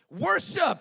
Worship